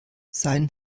sein